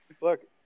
look